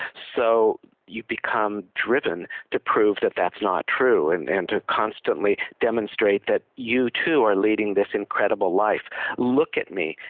so you become driven to prove that that's not true and and to constantly demonstrate that you too are leading this incredible life look at me,